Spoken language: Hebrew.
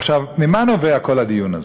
עכשיו, ממה נובע כל הדיון הזה?